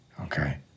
okay